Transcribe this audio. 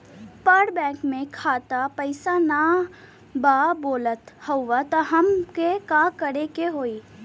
पर बैंक मे खाता मे पयीसा ना बा बोलत हउँव तब हमके का करे के होहीं?